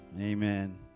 amen